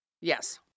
Yes